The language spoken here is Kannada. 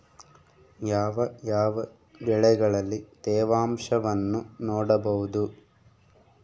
ಯಾವ ಯಾವ ಬೆಳೆಗಳಲ್ಲಿ ತೇವಾಂಶವನ್ನು ನೋಡಬಹುದು?